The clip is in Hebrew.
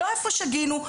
לא איפה שגינו,